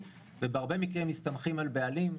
ובהרבה מקרים הם מסתמכים על בעלים,